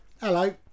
Hello